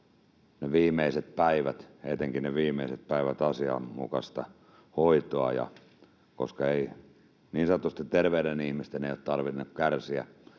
viimeiset päivät, etenkin ne viimeiset päivät, asianmukaista hoitoa. Koska ei niin sanotusti terveiden ihmisten ole tarvinnut kärsiä,